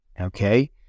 Okay